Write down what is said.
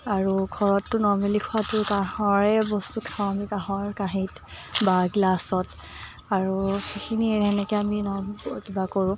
আৰু ঘৰততো নৰ্মেলি খোৱাটো কাঁহৰে বস্তু খাওঁ আমি কাঁহৰ কাঁহীত বা গ্লাছত আৰু সেইখিনিয়ে সেনেকৈ আমি কিবা কৰোঁ